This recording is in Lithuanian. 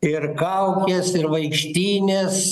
ir kaukės ir vaikštynės